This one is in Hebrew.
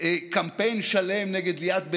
קמפיין שלם נגד ליאת בן-ארי,